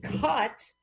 cut